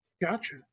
gotcha